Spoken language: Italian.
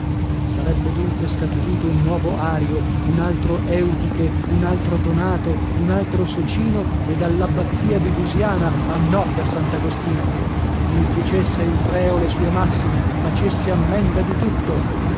sarebbe dunque scaturito un nuovo ario un altro eutiche un altro donato un altro socino e dall'abbazia di dusiana ah no per sant'agostino disdicesse il reo le sue massime facesse ammenda di tutto